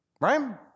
Right